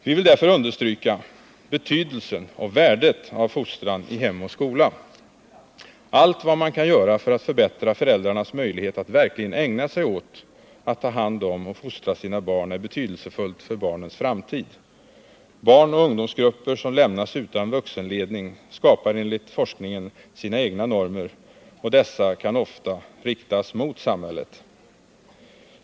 Vi vill därför understryka betydelsen och värdet av fostran i hem och skola. Allt vad man kan göra för att förbättra föräldrarnas möjlighet att verkligen ägna sig åt att ta hand om och fostra sina barn är betydelsefullt för barnens framtid. Barnoch ungdomsgrupper, som lämnas utan vuxenledning, skapar enligt forskningen sina egna normer, och dessa kan ofta riktas mot samhället.